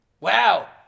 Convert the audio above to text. Wow